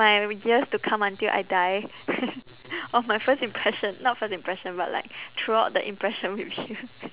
my years to come until I die of my first impression not first impression but like throughout the impression with you